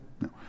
No